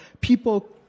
people